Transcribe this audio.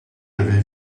avez